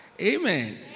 Amen